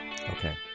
Okay